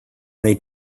many